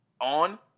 on